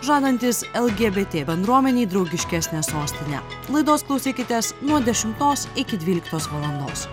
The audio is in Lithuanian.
žadantis lgbt bendruomenei draugiškesnę sostinę laidos klausykitės nuo dešimtos iki dvyliktos valandos